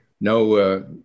No